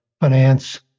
finance